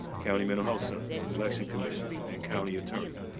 county mental health center, election commissioner, and county attorney,